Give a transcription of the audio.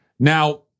Now